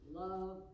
love